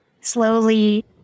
slowly